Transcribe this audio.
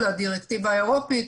הדירקטיבה האירופאית,